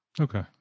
okay